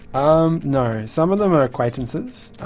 um no, some of them are acquaintances,